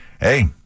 hey